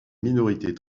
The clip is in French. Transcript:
minorités